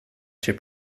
cię